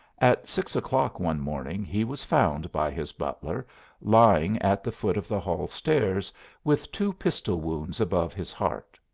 at six o'clock one morning he was found by his butler lying at the foot of the hall stairs with two pistol wounds above his heart.